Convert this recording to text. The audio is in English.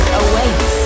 awaits